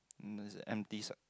um empty side